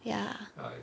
ya